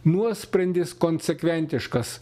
nuosprendis konsekventiškas